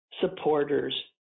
supporters